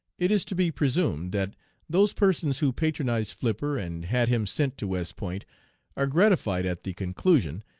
it is to be presumed that those persons who patronized flipper and had him sent to west point are gratified at the conclusion,